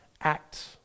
act